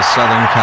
Southern